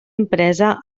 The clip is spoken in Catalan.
impresa